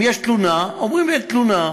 אם יש תלונה, אומרים: אין תלונה.